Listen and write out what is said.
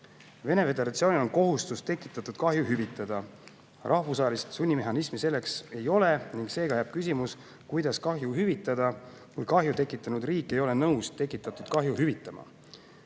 Venemaa Föderatsioonil on kohustus tekitatud kahju hüvitada. Rahvusvahelist sunnimehhanismi selleks ei ole ning seega jääb küsimus, kuidas kahju hüvitada, kui kahju tekitanud riik ei ole nõus tekitatud kahju hüvitama.